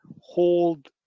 hold